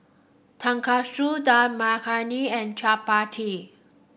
Tonkatsu Dal Makhani and Chapati